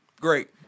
Great